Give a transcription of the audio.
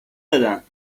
دادند